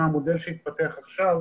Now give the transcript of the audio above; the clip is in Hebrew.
וגם עלייה בנזקקות של אנשים כי עכשיו הרבה